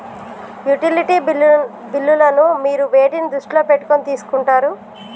Utility బిల్లులను మీరు వేటిని దృష్టిలో పెట్టుకొని తీసుకుంటారు?